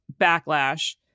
backlash